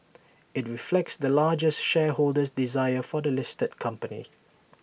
IT reflects the largest shareholder's desire for the listed company